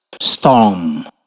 storm